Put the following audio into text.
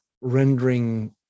rendering